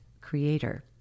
creator